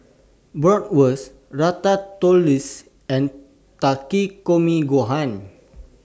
Bratwurst Ratatouille and Takikomi Gohan